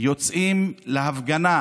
יוצאים מכאן להפגנה